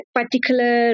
particular